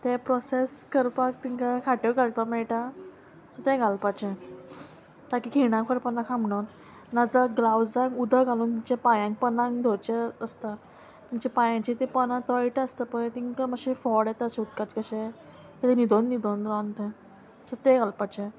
तें प्रोसेस करपाक तांकां खाट्यो घालपाक मेळटा सो तें घालपाचें ताका खिणां करपा नाका म्हणून नाजाल्या ग्लावजांक उदक घालून तेंच्या पांयांक पोंदा घालचें आसता तेंच्या पांयांची तें पोंना तळटा आसता पळय तांकां मातशें फोड येता उदकाचें कशें तें न्हिदोन न्हिदोन रावन तें सो तें घालपाचें